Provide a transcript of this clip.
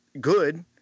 good